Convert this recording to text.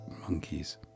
Monkeys